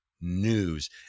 news